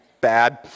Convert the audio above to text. bad